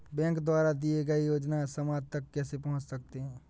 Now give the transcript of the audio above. Bank द्वारा दिए गए योजनाएँ समाज तक कैसे पहुँच सकते हैं?